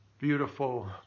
Beautiful